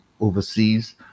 overseas